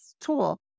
tool